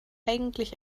eigentlich